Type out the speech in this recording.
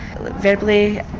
verbally